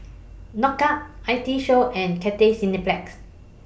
Knockout I T Show and Cathay Cineplex